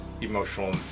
emotional